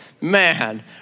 man